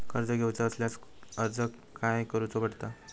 कर्ज घेऊचा असल्यास अर्ज खाय करूचो पडता?